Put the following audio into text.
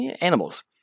animals